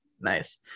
Nice